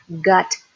gut